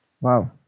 Wow